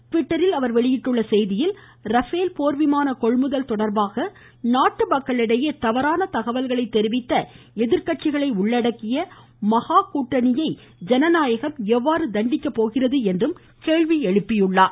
ட்விட்டரில் அவர் வெளியிட்டுள்ள செய்தியில் ரபேல் கொள்முதல் தொடர்பாக நாட்டு மக்களிடையே தவறாக தகவல்களை தெரிவித்த எதிர்கட்சிகள் உள்ளடக்கிய மகா கூட்டணியை ஜனநாயகம் எவ்வாறு தண்டிக்கப்போகிறது என்றும் அவர் கேள்வி எழுப்பியுள்ளார்